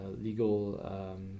legal